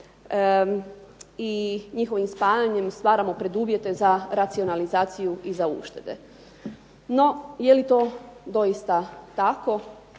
i njihovim spajanjem stvaramo preduvjete za racionalizaciju i za uštede. No, je li to doista tako?